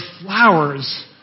flowers